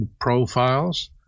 profiles